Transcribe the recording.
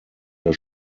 der